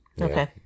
Okay